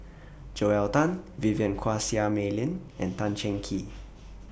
Joel Tan Vivien Quahe Seah Mei Lin and Tan Cheng Kee